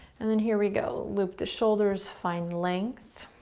and then here we go. loop the shoulders, find length.